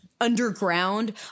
underground